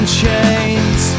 chains